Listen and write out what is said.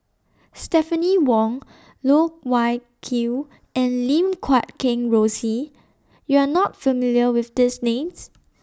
Stephanie Wong Loh Wai Kiew and Lim Guat Kheng Rosie YOU Are not familiar with These Names